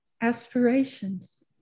Aspirations